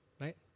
right